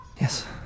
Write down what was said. Yes